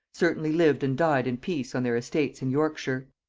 certainly lived and died in peace on their estates in yorkshire.